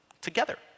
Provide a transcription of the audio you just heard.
together